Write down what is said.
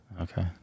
Okay